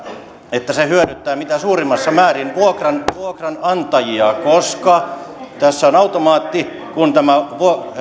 että se hyödyttää mitä suurimmassa määrin vuokranantajia koska tässä on automaatti kun tämä